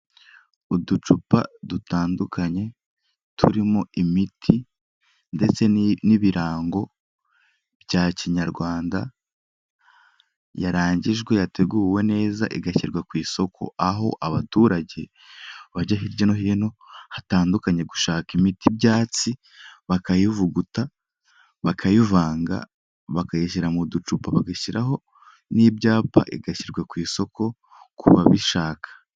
Uducupa dutandukanye, turimo imiti ndetse n'ibirango bya Kinyarwanda, yarangijwe yateguwe neza igashyirwa ku isoko, aho abaturage bajya hirya no hino hatandukanye gushaka imitibyatsi, bakayivuguta, bakayivanga, bakayishyira mu ducupa bagashyiraho n'ibyapa igashyirwa ku isoko ku babishaka.